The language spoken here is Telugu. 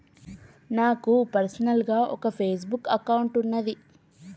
నాకు పర్సనల్ గా ఒక ఫేస్ బుక్ అకౌంట్ వున్నాది